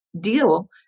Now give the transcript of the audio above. deal